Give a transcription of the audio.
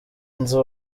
nzu